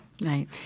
right